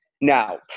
Now